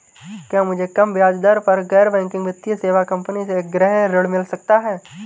क्या मुझे कम ब्याज दर पर गैर बैंकिंग वित्तीय सेवा कंपनी से गृह ऋण मिल सकता है?